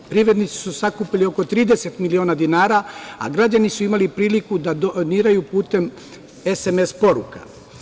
Privrednici su sakupili oko 30 miliona dinara, a građani su imali priliku da doniraju putem sms poruka.